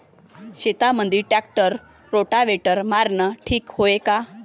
शेतामंदी tractor rotavator मारनं ठीक हाये का?